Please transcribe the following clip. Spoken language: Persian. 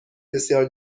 بسیار